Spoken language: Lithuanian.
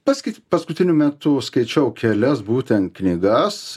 pasakysiu paskutiniu metu skaičiau kelias būtent knygas